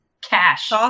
cash